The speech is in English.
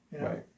Right